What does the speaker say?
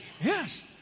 Yes